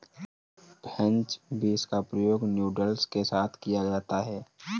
French beans का प्रयोग noodles के साथ किया जाता है